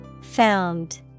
Found